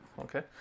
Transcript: okay